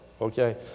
Okay